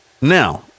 Now